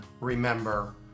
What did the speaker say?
remember